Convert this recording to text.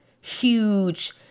huge